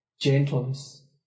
gentleness